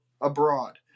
abroad